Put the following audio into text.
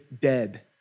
dead